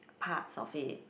parts of it